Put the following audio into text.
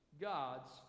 God's